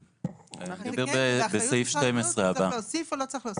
צריך להוסיף או לא צריך להוסיף?